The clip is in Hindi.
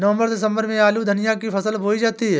नवम्बर दिसम्बर में आलू धनिया की फसल बोई जाती है?